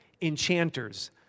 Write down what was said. enchanters